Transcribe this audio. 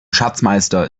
schatzmeister